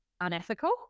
unethical